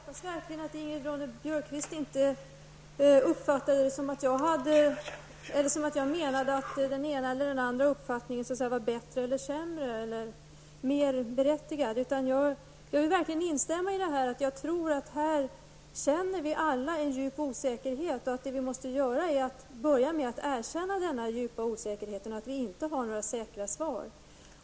Herr talman! Jag hoppas verkligen att Ingrid Ronne-Björkqvist inte uppfattade det som jag sade så, att jag menade att en uppfattning var bättre/sämre resp. mera berättigad än en annan uppfattning. I stället håller jag verkligen med om att vi nog alla känner en djup osäkerhet i detta avseende. Vad vi måste börja med är att erkänna att det finns en djup osäkerhet och att det inte finns några säkra svar.